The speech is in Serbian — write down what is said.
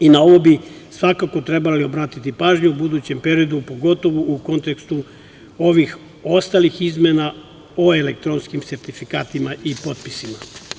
Na ovo bi svakako trebalo obratiti pažnju u budućem periodu, pogotovo u kontekstu ovih ostalih izmena o elektronskim sertifikatima i potpisima.